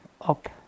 up